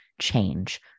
change